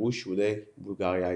לגירוש יהודי "בולגריה הישנה".